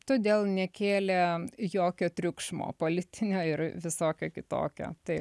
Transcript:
todėl nekėlė jokio triukšmo politinio ir visokio kitokio taip